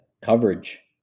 coverage